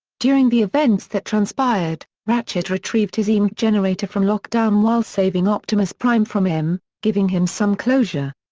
during the events that transpired, ratchet retrieved his emp generator from lockdown while saving optimus prime from him, giving him some closure.